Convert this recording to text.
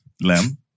Lamb